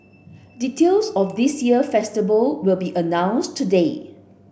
details of this year festival will be announced today